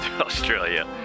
Australia